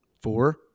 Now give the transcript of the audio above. four